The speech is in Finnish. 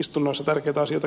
istunnoissa tärkeitä asioita käsiteltäessä